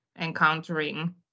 encountering